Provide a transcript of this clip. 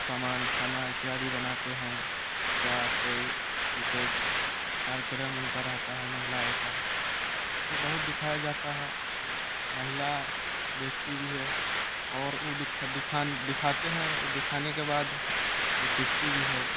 समान खाना इत्यादि बनाते हैं या कोई विशेष कार्यक्रम उनका रहता है महिलाएँ का सो बहुत दिखाया जाता है महिलाएँ देखती भी है और दिखाते हैं दिखाने के बाद सीखती भी है